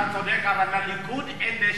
אתה צודק, אבל לליכוד אין נשק.